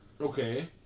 Okay